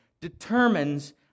determines